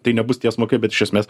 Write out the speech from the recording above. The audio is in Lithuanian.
tai nebus tiesmukai bet iš esmės